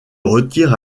retire